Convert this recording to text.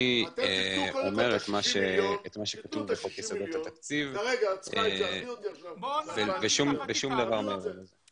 אני אומר את מה שכתוב בחוק יסודות התקציב ושום דבר מעבר לזה.